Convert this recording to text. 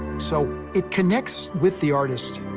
so it connects with the artist.